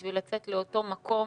בשביל לצאת לאותו מקום,